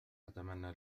أتمنى